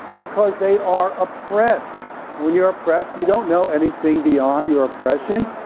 because they are oppressed and when you're oppressed, you don't know anything beyond your oppression.